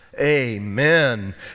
amen